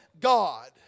God